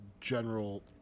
general